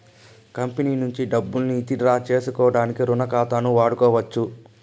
company నుంచి డబ్బుల్ని withdraw సేసుకోడానికి రుణ ఖాతాని వాడుకోవచ్చు